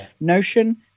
notion